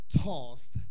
tossed